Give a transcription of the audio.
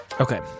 Okay